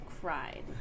cried